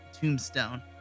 Tombstone